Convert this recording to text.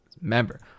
Member